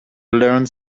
learned